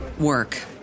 work